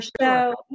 sure